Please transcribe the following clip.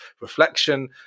reflection